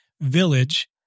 village